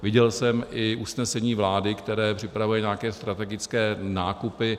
Viděl jsem i usnesení vlády, které připravuje nějaké strategické nákupy.